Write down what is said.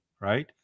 right